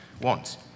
want